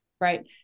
Right